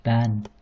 Band